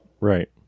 right